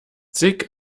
zig